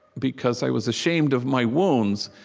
because i was ashamed of my wounds.